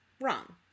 wrong